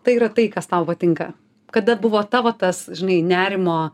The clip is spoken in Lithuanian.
tai yra tai kas tau patinka kada buvo tavo tas žinai nerimo